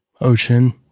ocean